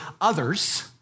others